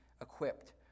equipped